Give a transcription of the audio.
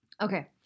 Okay